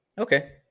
Okay